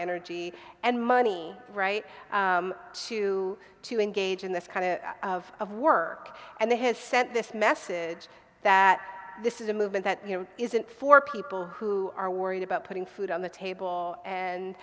energy and money right to to engage in this kind of of of work and they has sent this message that this is a movement that you know isn't for people who are worried about putting food on the